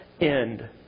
end